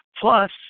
Plus